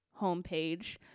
homepage